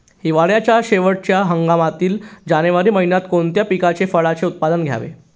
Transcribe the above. हिवाळ्याच्या शेवटच्या हंगामातील जानेवारी महिन्यात कोणत्या पिकाचे, फळांचे उत्पादन घ्यावे?